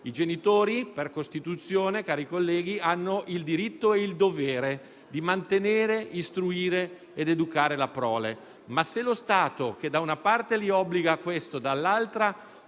I genitori, per Costituzione, cari colleghi, hanno il diritto e il dovere di mantenere, istruire ed educare la prole; tuttavia, se lo Stato, che da una parte li obbliga a questo, dall'altra